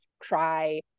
cry